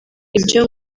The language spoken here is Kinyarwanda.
ibyo